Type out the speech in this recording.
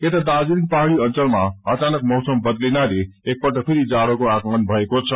यता दार्जीलिङ पहाड़ी अंचलमा अचानक मौसम बदलिनाले एकपल्ट फरि जाड़ोको आगमन भएको छ